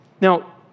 Now